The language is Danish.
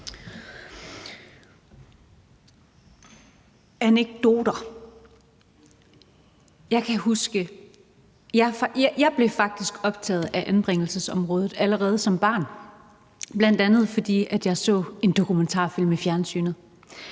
anekdote. Jeg blev faktisk optaget af anbringelsesområdet allerede som barn, bl.a. fordi jeg så en dokumentarfilm i fjernsynet.